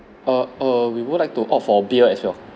err err we would like to opt for beer as well